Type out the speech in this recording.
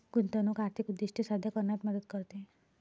गुंतवणूक आर्थिक उद्दिष्टे साध्य करण्यात मदत करते